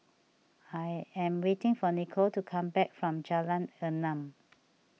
I am waiting for Nicolle to come back from Jalan Enam